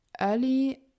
early